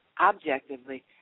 objectively